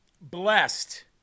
blessed